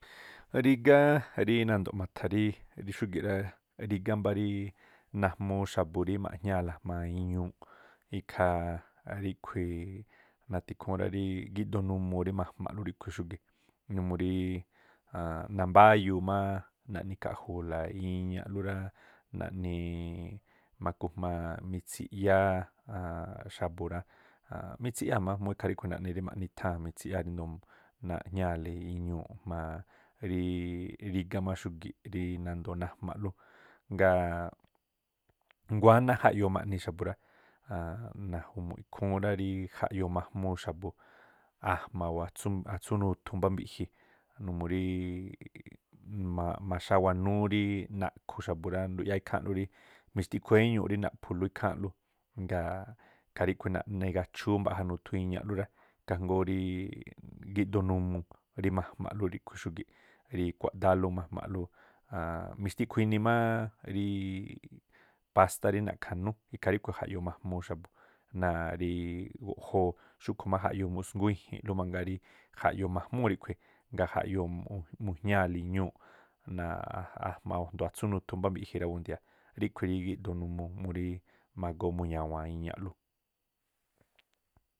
Rígá rí nando̱ ma̱tha̱ rí xúgi̱ꞌ rá, rígá mbá ri najmuu xa̱bu̱ maꞌjñáa̱la jma̱a iñuuꞌ, ikhaa ríꞌkhui̱ natha̱ ikhúún rí gíꞌdoo numuu rí ma̱jmaaꞌlú xúgi̱ꞌ numuu rí a̱a̱nꞌ nambáyuu má na̱ꞌni khaꞌju̱u̱la iñaꞌlú rá, naꞌni ma̱kujma mitsiꞌyáá xa̱bu̱ rá, mitsiꞌyáa̱ má múú ikhaa ríꞌkhu̱ naꞌni rí i̱tháa̱n mitsiꞌyáa̱ ríndoo̱ naꞌjñaa̱le iñuu̱ꞌ jma̱a rígá má xúgi̱ꞌ rí nandoo najmaꞌlú. Ngaa̱ nguáná jaꞌyoo ma̱ꞌni̱ xa̱bu̱ rá, naju̱mu̱ꞌ ikhúún rá rí jaꞌyoo ma̱jmuu xa̱bu̱ ajma̱ o̱ atsú nuthu mbá mbiꞌji murííꞌ ma̱xáwanúú rí naꞌkhu̱ xa̱bu̱ rá, nduꞌyáá ikhá̱a̱nꞌlú rí mixtikhu wéñuuꞌ rí naꞌphulú ikháa̱nꞌlú, ngaa̱ ikhaa ríꞌkhui̱ naꞌne gachúú mbaꞌja nuthu iñaꞌlú rá. Ikhaa jngóó rí gíꞌdoo numuu rí ma̱jmaalú ríꞌkhui̱ xúgi̱ꞌ rí kuaꞌdáálú ma̱jmaaꞌlú. mixtiꞌkhu inii má ríí pástá rí na̱ꞌkha̱nú, ikhaa ríꞌkhui̱ jaꞌyoo ma̱jmuu xa̱bu̱ náa̱ rí guꞌjóo̱. Xúꞌkhu̱ má jaꞌyoo mu̱ꞌsngúún i̱ji̱nꞌlú mangaa rí jaꞌyoo ma̱jmúu̱ ríꞌkhui̱, ngaa̱ jaꞌyoo mujñaa̱le iñúu̱ꞌ ajma̱ o̱ ando̱o atsú nuthu mbá mbiꞌji rabu nthia, ríꞌkhui̱ rí gíꞌdoo numuu murí ma̱goo mu̱ña̱wa̱an iñaꞌlú.